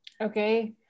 Okay